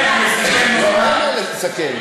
אני מסכם, אני מסכם, לא, אין מה לסכם.